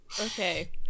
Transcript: Okay